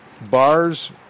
Bars